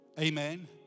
Amen